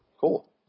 Cool